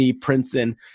Princeton